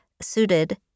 suited